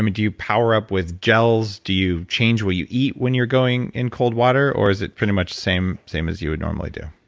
um do you power up with gels? do you change what you eat when you're going in cold water, or is pretty much the same as you would normally do?